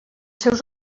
seus